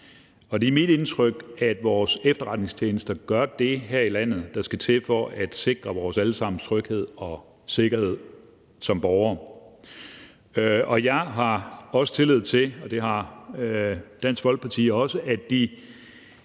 Og det er mit indtryk, at vores efterretningstjenester gør det her i landet, der skal til for at sikre vores alle sammens tryghed og sikkerhed som borgere. Jeg har også tillid til, og det har Dansk Folkeparti også, at de